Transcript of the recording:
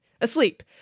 Asleep